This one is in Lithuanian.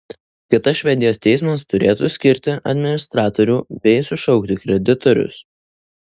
kitas švedijos teismas turėtų skirti administratorių bei sušaukti kreditorius